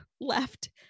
left